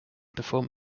perform